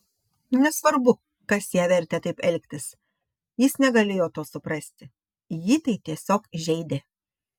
nesvarbu kas ją vertė taip elgtis jis negalėjo to suprasti jį tai tiesiog žeidė